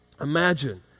imagine